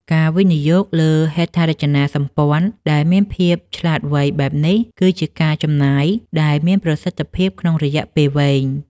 ការវិនិយោគលើហេដ្ឋារចនាសម្ព័ន្ធដែលមានភាពឆ្លាតវៃបែបនេះ គឺជាការចំណាយដែលមានប្រសិទ្ធភាពក្នុងរយៈពេលវែង។